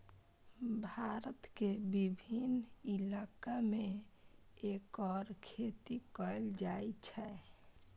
भारत के विभिन्न इलाका मे एकर खेती कैल जाइ छै